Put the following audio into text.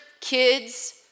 kids